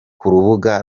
rubuga